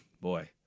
Boy